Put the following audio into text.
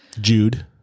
Jude